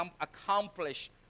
accomplished